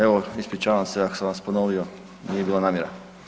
Evo, ispričavam se ako sam vas ponovio, nije bila namjera.